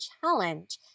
challenge